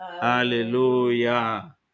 Hallelujah